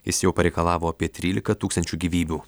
jis jau pareikalavo apie trylika tūkstančių gyvybių